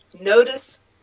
notice